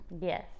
Yes